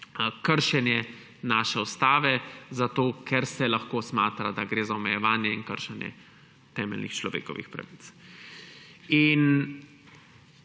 kršenje naše ustave zato, ker se lahko smatra, da gre za omejevanje in kršenje temeljnih človekovih pravic.